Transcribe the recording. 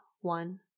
one